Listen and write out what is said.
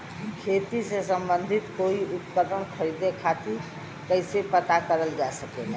खेती से सम्बन्धित कोई उपकरण खरीदे खातीर कइसे पता करल जा सकेला?